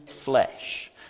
flesh